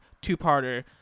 two-parter